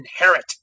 inherit